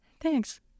Thanks